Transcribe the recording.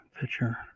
picture